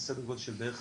זה סדר גודל של בערך